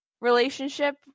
relationship